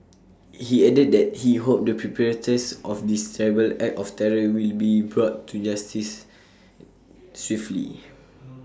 he added that he hoped the perpetrators of this terrible act of terror will be brought to justice swiftly